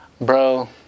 bro